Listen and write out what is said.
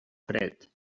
fred